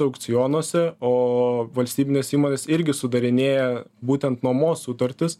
aukcionuose o valstybinės įmonės irgi sudarinėja būtent nuomos sutartis